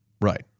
Right